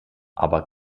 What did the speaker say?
aber